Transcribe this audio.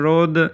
Road